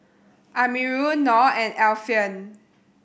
Amirul Noh and Alfian